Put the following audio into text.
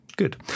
Good